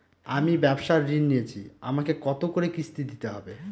আমি ব্যবসার ঋণ নিয়েছি আমাকে কত করে কিস্তি দিতে হবে?